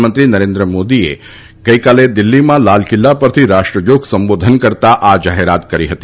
પ્રધાનમંત્રી નરેન્દ્ર મોદીએ ગઇકાલે દિલ્હીમાં લાલ કિલ્લા પરથી રાષ્ટ્રજોગ સંબોધન કરતા આ જાહેરાત કરી હતી